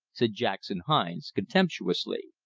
said jackson hines contemptuously.